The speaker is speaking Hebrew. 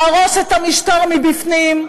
להרוס את המשטר מבפנים,